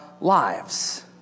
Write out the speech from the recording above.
lives